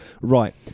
Right